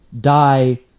die